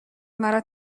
مرا